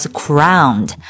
crowned